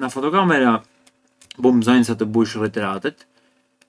Na fotocamera bunë mbzonjë të bush ritratet,